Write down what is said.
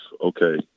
okay